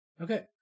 Okay